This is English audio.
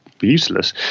useless